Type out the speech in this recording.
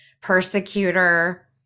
persecutor